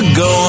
go